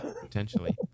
Potentially